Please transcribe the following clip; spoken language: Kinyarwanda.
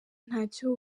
ntacyo